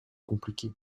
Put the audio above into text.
compliqué